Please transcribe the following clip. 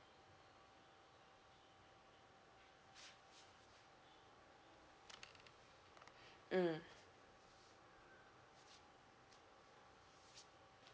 mm